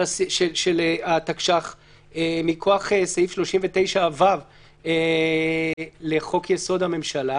התקש"ח מכוח סעיף 39(ו) לחוק-יסוד: הממשלה.